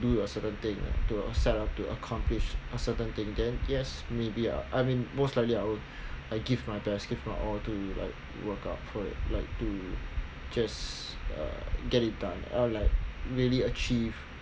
do a certain thing to set up to accomplish a certain thing then yes maybe uh I mean most likely I would I give my best give my all to like work out for it like to just uh get it done like really achieve